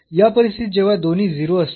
या परिस्थितीत जेव्हा दोन्ही 0 असतात